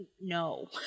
no